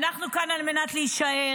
אנחנו כאן על מנת להישאר.